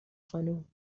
خانم